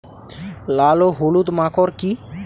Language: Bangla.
লাল ও হলুদ মাকর কী?